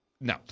no